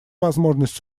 возможность